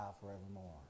forevermore